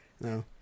No